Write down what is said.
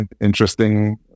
Interesting